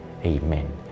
Amen